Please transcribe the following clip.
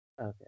Okay